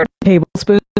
Tablespoons